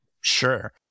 Sure